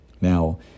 now